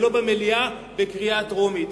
ולא במליאה בקריאה טרומית.